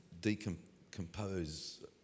decompose